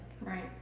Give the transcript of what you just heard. right